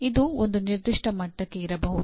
ಇದು ಒಂದು ನಿರ್ದಿಷ್ಟ ಮಟ್ಟಕ್ಕೆ ಇರಬಹುದು